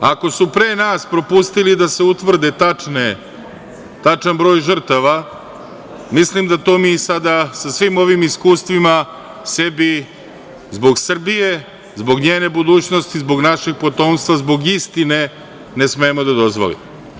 Ako su pre nas propustili da se utvrdi tačan broj žrtava, mislim da to mi sada, sa svim ovim iskustvima, sebi, zbog Srbije, zbog njene budućnosti, zbog našeg potomstva, zbog istine, ne smemo da dozvolimo.